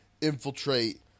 infiltrate